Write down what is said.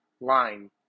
line